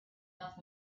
off